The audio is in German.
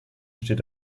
steht